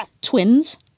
Twins